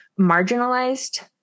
marginalized